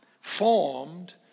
formed